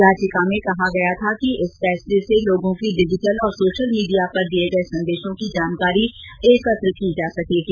याचिका में कहा गया था कि इस फैसले से लोगों की डिजिटल औरसोशल मीडिया पर दिए गए संदेशों की जानकारी एकत्र की जा सकेगी